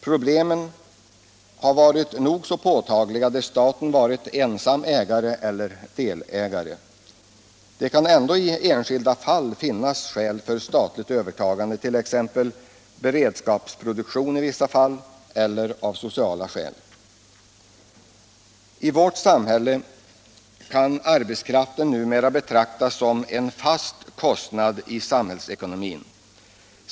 Problemen har varit nog så påtagliga där staten varit ensam ägare eller delägare. Det kan ändå i enskilda fall finnas anledning till statligt övertagande, t.ex. vid beredskapsproduktion eller av sociala skäl. I vårt samhälle kan arbetskraften numera betraktas som en fast kostnad i samhällsekonomin.